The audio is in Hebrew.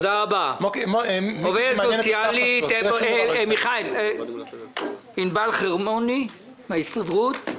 --- עובדת סוציאלית ענבל חרמוני מן ההסתדרות,